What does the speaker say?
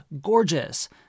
GORGEOUS